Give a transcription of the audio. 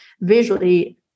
visually